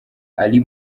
ali